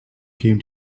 geben